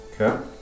Okay